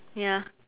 ya